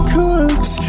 cooks